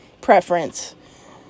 preference